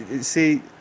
See